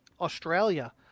Australia